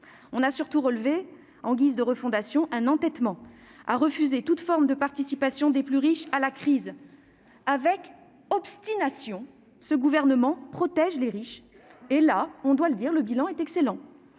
On a surtout relevé, en guise de refondation, un entêtement à refuser toute forme de participation des plus riches à la crise. Avec obstination, ce gouvernement protège les riches. En ce domaine, il faut souligner